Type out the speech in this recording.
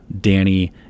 Danny